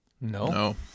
No